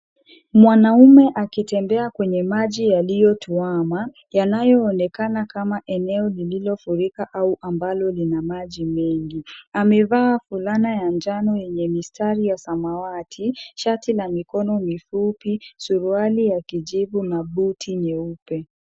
Mwanaume akitembea kwenye maji yaliyotuwama, yanayo onekana kama eneo lililo furika au ambalo lina maji mengi. Amevaa fulana ya njano yenye mistari ya samawati, shati la mikono mifupi, suruali ya kijivu na buti nyeupe.